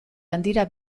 handira